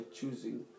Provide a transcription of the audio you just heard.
choosing